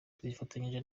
twifatanyije